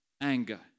anger